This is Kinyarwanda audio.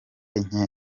nke